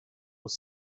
was